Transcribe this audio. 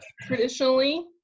traditionally